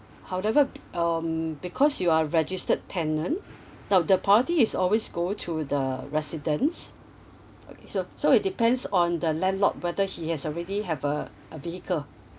however be~ um because you are registered tenant now the party is always go to the residents okay so so it depends on the landlord whether he has already have uh a vehicle